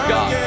God